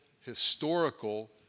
historical